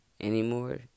anymore